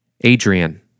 Adrian